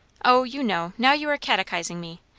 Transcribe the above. o, you know. now you are catechizing me.